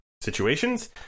situations